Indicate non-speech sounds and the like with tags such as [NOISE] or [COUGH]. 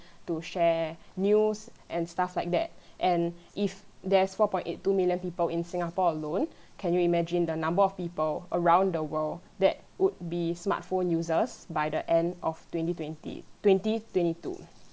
[BREATH] to share news and stuff like that [BREATH] and if there's four point eight two million people in singapore alone [BREATH] can you imagine the number of people around the world that would be smartphone users by the end of twenty twenty twenty twenty two